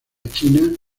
china